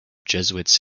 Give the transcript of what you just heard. jesuits